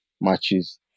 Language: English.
matches